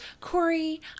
Corey